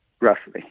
Roughly